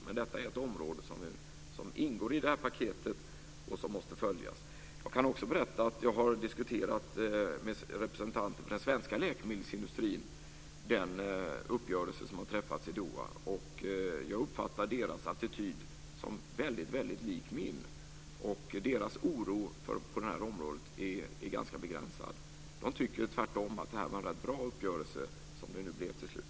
Men detta är ett område som ingår i det här paketet och som måste följas. Jag kan också berätta att jag har diskuterat den uppgörelse som har träffats i Doha med representanter för den svenska läkemedelsindustrin, och jag uppfattar deras attityd som väldigt lik min. Deras oro på det här området är ganska begränsad. De tycker tvärtom att det här var en rätt bra uppgörelse, som det nu blev till slut.